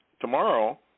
tomorrow